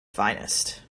finest